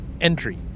Entry